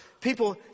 people